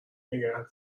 نگه